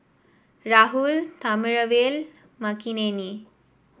Rahul Thamizhavel Makineni